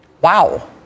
Wow